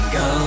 go